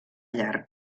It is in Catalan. llarga